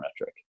metric